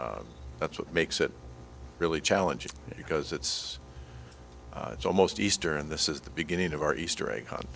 that's that's what makes it really challenging because it's it's almost easter and this is the beginning of our easter egg hunt